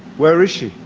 where is she?